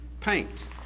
paint